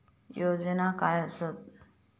योजना काय आसत?